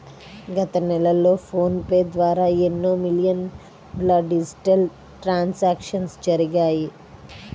గత నెలలో ఫోన్ పే ద్వారా ఎన్నో మిలియన్ల డిజిటల్ ట్రాన్సాక్షన్స్ జరిగాయి